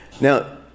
Now